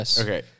Okay